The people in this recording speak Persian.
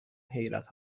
حیرت